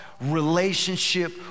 relationship